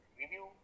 review